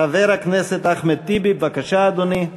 חבר הכנסת אחמד טיבי, בבקשה, אדוני.